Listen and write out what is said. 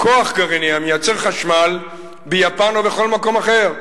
גרעיני המייצר חשמל ביפן או בכל מקום אחד,